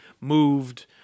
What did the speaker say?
moved